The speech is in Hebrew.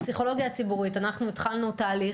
הפסיכולוגיה הציבורית אנחנו התחלנו תהליך